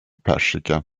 persika